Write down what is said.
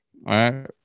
right